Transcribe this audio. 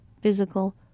physical